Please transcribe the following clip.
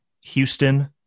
Houston